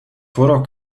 vorher